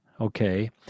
Okay